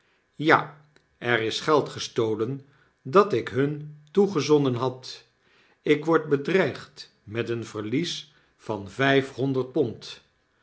ja er is geld gestolen dat ik hun toegezonden had ik word bedreigd met een verlies van vijfhonderd pond